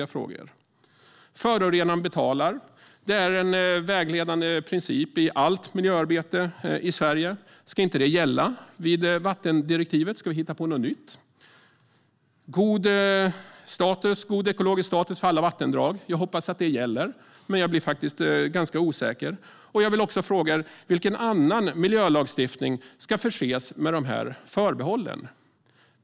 Att förorenaren betalar är en vägledande princip i allt miljöarbete i Sverige. Ska inte den gälla i vattendirektivet? Ska vi hitta på något nytt? Jag hoppas att god ekologisk status i alla vattendrag gäller, men jag blir faktiskt ganska osäker. Jag vill också fråga er: Vilken annan miljölagstiftning ska förses med de här förbehållen?